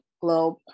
globe